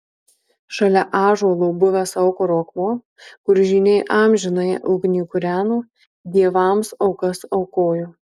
šalia ąžuolo buvęs aukuro akmuo kur žyniai amžinąją ugnį kūreno dievams aukas aukojo